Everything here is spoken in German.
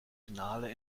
finale